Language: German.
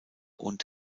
und